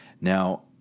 now